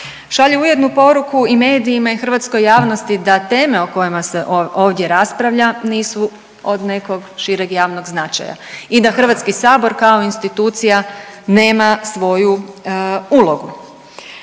Šalju ujedno poruku i medijima i hrvatskoj javnosti da teme o kojima se ovdje raspravlja nisu od nekog šireg javnog značaja i da HS kao institucija nema svoju ulogu.